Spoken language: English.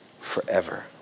forever